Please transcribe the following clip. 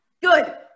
Good